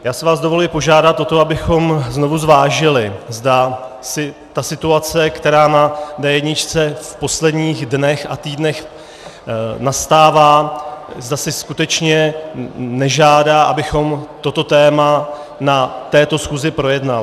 Já si vás dovoluji požádat o to, abychom znovu zvážili, zda si ta situace, která na D1 v posledních dnech a týdnech nastává, zda si skutečně nežádá, abychom toto téma na této schůzi projednali.